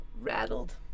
rattled